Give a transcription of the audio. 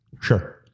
Sure